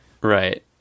Right